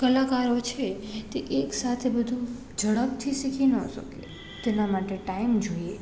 કલાકારો છે તે એકસાથે બધું ઝડપથી શીખી ન શકે તેના માટે ટાઈમ જોઈએ